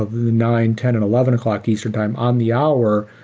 ah nine, ten, and eleven o'clock eastern time on the hour,